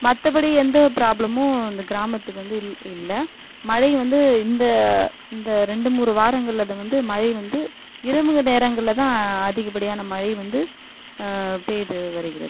மற்றபடி எந்த ப்ராப்ளமும் இந்த கிராமத்துக்கு வந்து இல் இல்லை மழை வந்து இந்த இந்த ரெண்டு மூணு வாரங்களில் வந்து மழை வந்து இரவு நேரங்களில் தான் அதிகப்படியான மழை வந்து பெய்து வருகிறது